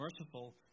merciful